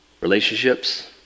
relationships